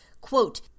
Quote